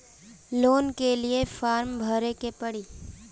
Loan के लिए form भरे के पड़ी?